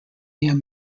near